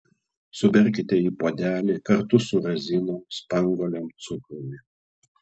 suberkite į puodelį kartu su razinom spanguolėm cukrumi